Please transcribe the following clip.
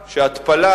שהתפלה,